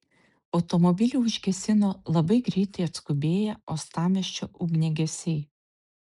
automobilį užgesino labai greitai atskubėję uostamiesčio ugniagesiai